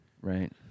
right